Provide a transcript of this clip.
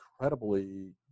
incredibly